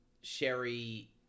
Sherry